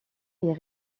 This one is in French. est